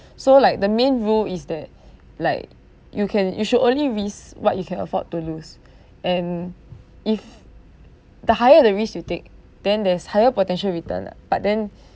so like the main rule is that like you can you should only risk what you can afford to lose and if the higher the risk you take then there's higher potential return ah but then